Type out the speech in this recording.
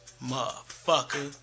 Motherfucker